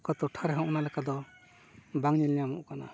ᱚᱠᱟ ᱴᱚᱴᱷᱟ ᱨᱮᱦᱚᱸ ᱚᱱᱟ ᱞᱮᱠᱟ ᱫᱚ ᱵᱟᱝ ᱧᱮᱞ ᱧᱟᱢᱚᱜ ᱠᱟᱱᱟ